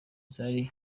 zari